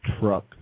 truck